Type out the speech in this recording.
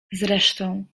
zresztą